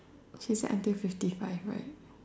she said until fifty five right